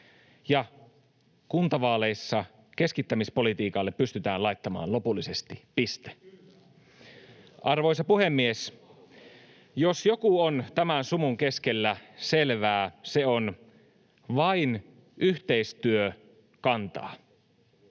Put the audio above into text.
ja kuntavaaleissa keskittämispolitiikalle pystytään laittamaan lopullisesti piste. [Antti Kurvinen: Kyllä!] Arvoisa puhemies! Jos joku on tämän sumun keskellä selvää, se on: vain yhteistyö kantaa.